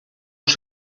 els